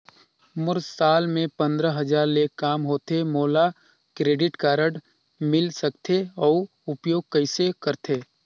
मोर साल मे पंद्रह हजार ले काम होथे मोला क्रेडिट कारड मिल सकथे? अउ उपयोग कइसे करथे?